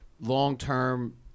long-term